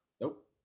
Nope